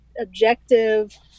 objective